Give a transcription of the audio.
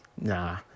Nah